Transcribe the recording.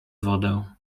wodę